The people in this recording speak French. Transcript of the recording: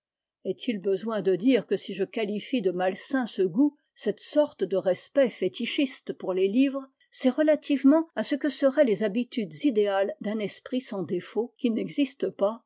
est-il besoin de dire que si je qualifie de malsains ce goût cette sorte de respect fétichiste pour les livres c'est relativement à ce que seraient les habitudes idéales d'un esprit sans défauts qui n'existe pas